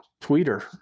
Twitter